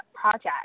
project